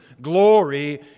glory